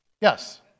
Yes